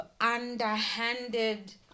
underhanded